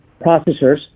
processors